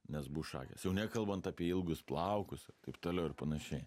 nes bus šakės jau nekalbant apie ilgus plaukus taip toliau ir panašiai